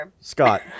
Scott